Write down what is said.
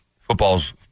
football's